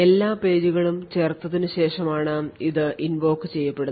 എല്ലാ പേജുകളും ചേർത്തതിനുശേഷം ആണ് ഇത് invoke ചെയ്യപ്പെടുന്നത്